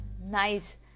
nice